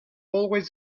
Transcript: always